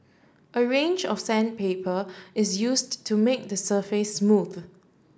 a range of sandpaper is used to make the surface smooth